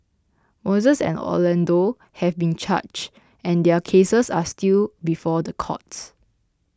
Moises and Orlando have been charged and their cases are still before the courts